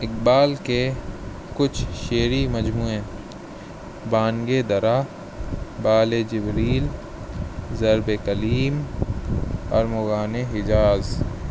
اقبال کے کچھ شعری مجموعے بانگ درا بال جبریل ضرب کلیم ارمغان حجاز